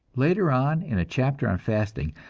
later on, in a chapter on fasting,